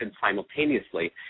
simultaneously